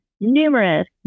numerous